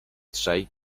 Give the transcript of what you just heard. trzej